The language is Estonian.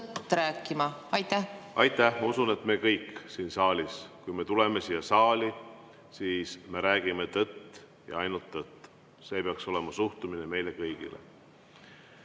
tõtt rääkima? Aitäh! Ma usun, et me kõik siin saalis, kui me tuleme siia saali, räägime tõtt ja ainult tõtt. See peaks olema suhtumine meile kõigile.